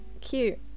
Cute